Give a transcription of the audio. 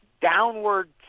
downward